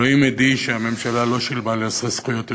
אלוהים עדי שהממשלה לא שילמה לי על זה זכויות יוצרים,